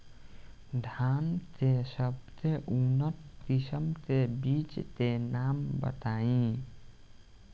धान के सबसे उन्नत किस्म के बिज के नाम बताई?